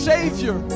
Savior